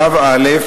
שלב א',